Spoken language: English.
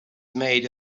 made